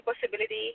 possibility